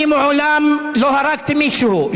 אני מעולם לא הרגתי מישהו,